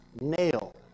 nail